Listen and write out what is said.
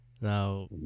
Now